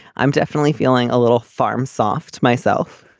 i'm definitely feeling a little farm soft myself.